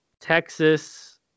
Texas